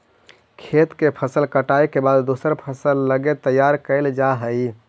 खेत के फसल कटाई के बाद दूसर फसल लगी तैयार कैल जा हइ